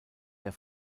der